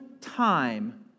time